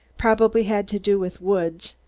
probably had to do with woods.